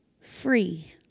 free